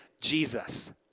Jesus